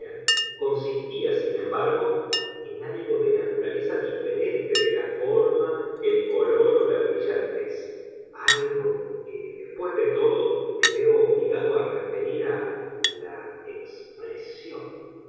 consistía sin embargo en algo de naturaleza diferente de la forma el color o la brillantez algo que después de todo me veo obligado a referir a la expresión